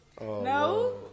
No